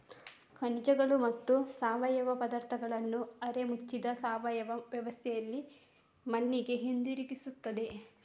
ಖನಿಜಗಳು ಮತ್ತು ಸಾವಯವ ಪದಾರ್ಥಗಳನ್ನು ಅರೆ ಮುಚ್ಚಿದ ಸಾವಯವ ವ್ಯವಸ್ಥೆಯಲ್ಲಿ ಮಣ್ಣಿಗೆ ಹಿಂತಿರುಗಿಸುತ್ತದೆ